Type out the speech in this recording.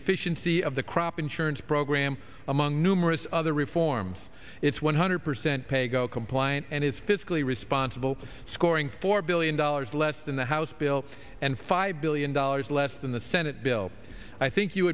efficiency of the crop insurance program among numerous other reforms its one hundred percent pay go compliant and is fiscally responsible scoring four billion dollars less than the house bill and five billion dollars less than the senate bill i think you